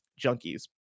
Junkies